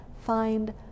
find